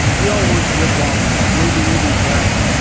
we all want to live longer. may be even forever.